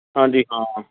ਹਾਂਜੀ ਹਾਂ